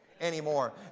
anymore